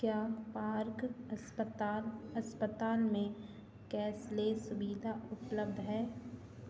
क्या पार्क अस्पताल अस्पताल में कैशलेस सुविधा उपलब्ध है